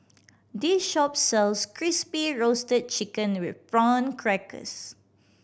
this shop sells Crispy Roasted Chicken with Prawn Crackers